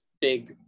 big